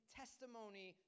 testimony